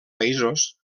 països